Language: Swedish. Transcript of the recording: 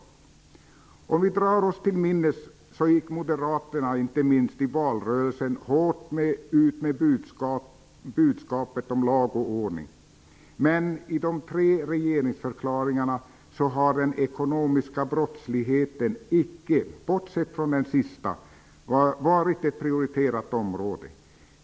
Som vi drar oss till minnes, gick Moderaterna i valrörelsen hårt ut med budskapet om lag och ordning. Men i de tre regeringsförklaringarna, bortsett från den sista, har den ekonomiska brottsligheten inte varit ett prioriterat område.